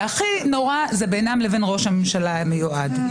והכי נורא זה בינם לבין ראש הממשלה המיועד.